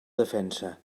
defensa